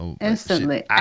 Instantly